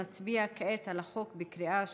נצביע כעת על החוק בקריאה השנייה,